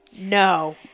no